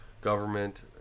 government